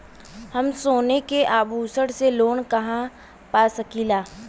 हम सोने के आभूषण से लोन कहा पा सकीला?